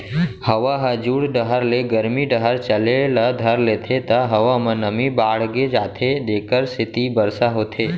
हवा ह जुड़ डहर ले गरमी डहर चले ल धर लेथे त हवा म नमी बाड़गे जाथे जेकर सेती बरसा होथे